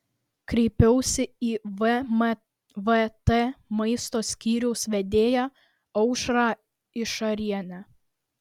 kreipiausi į vmvt maisto skyriaus vedėją aušrą išarienę